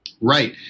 Right